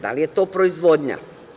Da li je to proizvodnja?